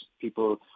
People